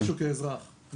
כאזרח, אגיד משהו.